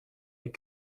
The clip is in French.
mais